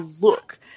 look